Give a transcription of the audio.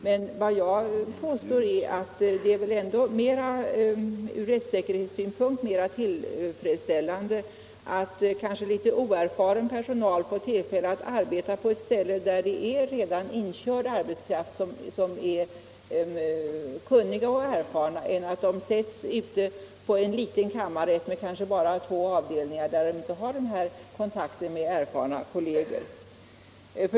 Men jag påstår att det från rättssäkerhetssynpunkt är mer tillfredsställande att oerfaren personal får tillfälle att arbeta på ett ställe där det redan finns inkörd arbetskraft som är kunnig och erfaren än att de placeras på en liten kammarrätt med kanske bara två avdelningar, där de inte får någon kontakt med erfarna kolleger.